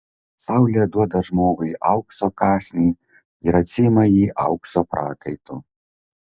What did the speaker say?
saulė duoda žmogui aukso kąsnį ir atsiima jį aukso prakaitu